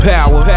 Power